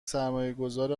سرمایهگذار